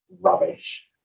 rubbish